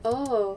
orh